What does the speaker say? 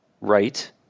right